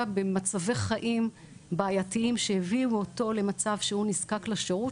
במצבי חיים בעייתיים שהביאו אותו למצב שהוא נזקק לשירות